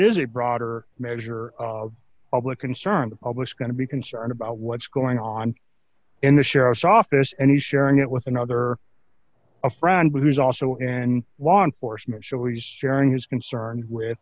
is a broader measure public concern the public's going to be concerned about what's going on in the sheriff's office and he's sharing it with another a friend who's also in law enforcement show he's sharing is concerned with